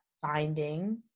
Finding